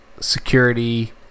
security